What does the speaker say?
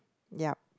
ya